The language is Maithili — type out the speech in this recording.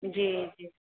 जी जी